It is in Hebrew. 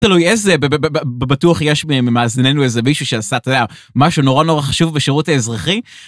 תלוי איזה, בטוח יש ממאזנינו איזה מישהו שעשה, אתה יודע, משהו נורא נורא חשוב בשירות האזרחי.